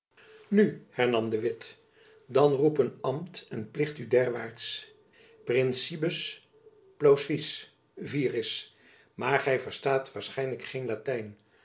nu hernam de witt dan roepen ambt en plicht u derwaarts principibus placuisse viris maar gy verstaat waarschijnlijk geen latijn